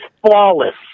flawless